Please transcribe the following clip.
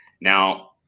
now